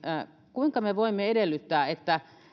kuinka me voimme edellyttää että